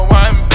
one